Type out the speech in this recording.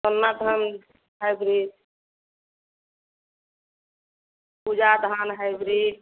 ପନ୍ନା ଧାନ୍ ହାଇବ୍ରିଡ଼୍ ପୂଜା ଧାନ୍ ହାଇବ୍ରିଡ଼୍